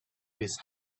his